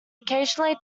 occasionally